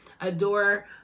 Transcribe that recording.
Adore